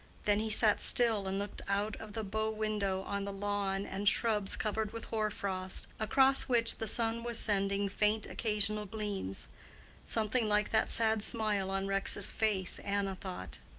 then he sat still and looked out of the bow-window on the lawn and shrubs covered with hoar-frost, across which the sun was sending faint occasional gleams something like that sad smile on rex's face, anna thought.